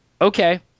okay